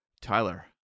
tyler